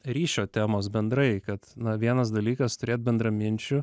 ryšio temos bendrai kad na vienas dalykas turėt bendraminčių